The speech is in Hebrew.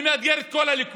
אני מאתגר את כל הליכוד,